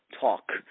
talk